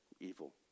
evil